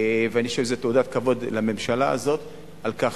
אני חושב שזה תעודת כבוד לממשלה הזאת על כך